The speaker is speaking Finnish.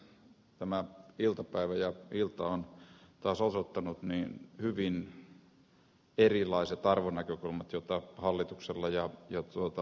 tämä iltapäivä ja ilta ovat taas osoittaneet hyvin erilaiset arvonäkökulmat joita hallituksella ja oppositiolla on